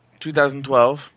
2012